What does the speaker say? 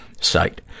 site